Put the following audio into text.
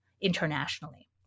internationally